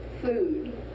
Food